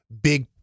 big